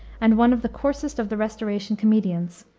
and one of the coarsest of the restoration comedians.